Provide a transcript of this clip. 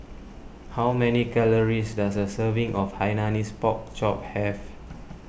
how many calories does a serving of Hainanese Pork Chop have